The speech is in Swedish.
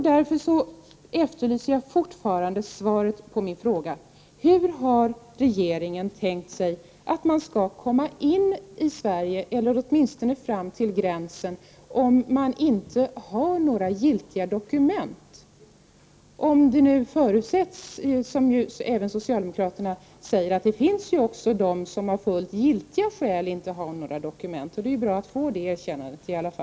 Jag efterlyser fortfarande svaret på min fråga: Hur har regeringen tänkt sig att en flykting skall komma in i Sverige, eller åtminstone fram till gränsen, om petsonen inte har några giltiga dokument? Även socialdemokraterna säger att det finns de som av fullt giltiga skäl inte har några dokument. Det är bra att vi i alla fall får det erkännandet.